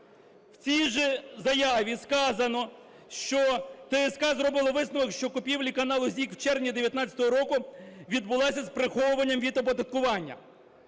У цій же заяві сказано, що ТСК зробило висновок, що купівля каналу ZIK в червні 19-го року відбулася з приховуванням від оподаткування.